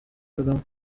kagame